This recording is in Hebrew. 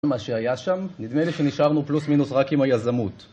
מה שהיה שם, נדמה לי שנשארנו פלוס מינוס רק עם היזמות